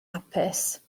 hapus